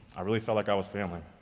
i really felt like i was failing.